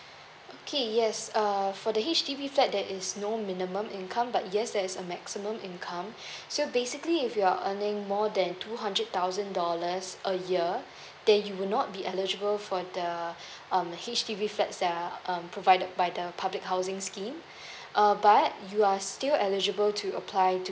okay yes err for the H_D_B flats there is no minimum income but yes there's a maximum income so basically if you're earning more than two hundred thousand dollars a year then you will not be eligible for the um H_D_B flats sel~ um provided by the public housing scheme uh but you are still eligible to apply